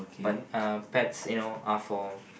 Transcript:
but uh pets you know are for